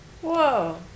Whoa